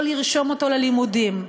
לא לרשום אותו ללימודים.